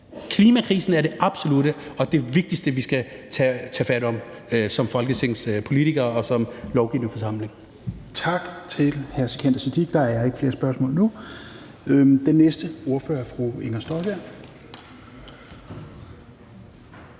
Klimakrisen er det absolutte og det vigtigste, som vi skal tage fat i som folketingspolitikere og som lovgivende forsamling.